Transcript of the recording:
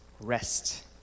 rest